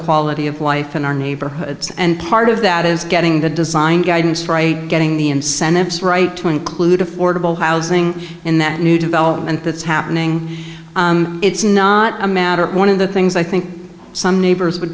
quality of life in our neighborhoods and part of that is getting the design guidance right getting the incentives right to include affordable housing in that new development that's happening it's not a matter of one of the things i think some neighbors would